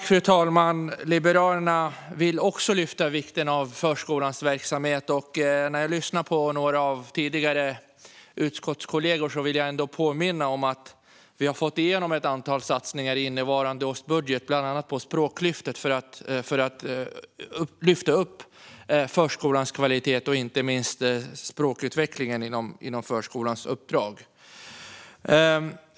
Fru talman! Liberalerna vill också lyfta vikten av förskolans verksamhet. När jag lyssnar på några av utskottskollegorna vill jag ändå påminna om att vi har fått igenom ett antal satsningar i innevarande års budget, bland annat på Språklyftet, för att lyfta upp förskolans kvalitet, inte minst när det gäller språkutvecklingen inom förskolans uppdrag.